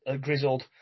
grizzled